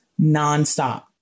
nonstop